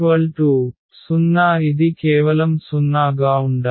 0 ఇది కేవలం 0 గా ఉండాలి